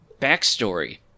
backstory